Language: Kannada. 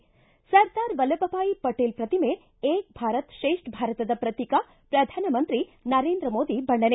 ್ ಸರ್ದಾರ ವಲ್ಲಭಭಾಯ್ ಪಟೇಲ್ ಪ್ರತಿಮೆ ಏಕ ಭಾರತ್ ತ್ರೇಷ್ಠ ಭಾರತದ ಪ್ರತೀಕ ಪ್ರಧಾನಮಂತ್ರಿ ನರೇಂದ್ರ ಮೋದಿ ಬಣ್ಣನೆ